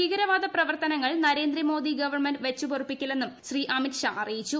ഭീകരവാദ പ്രവർത്തനങ്ങൾ നരേന്ദ്ര മോദി ഗവൺമെന്റ് വെച്ചുപൊറുപ്പിക്കില്ലെന്നും അമിത് ഷാ അറിയിച്ചു